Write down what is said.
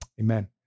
Amen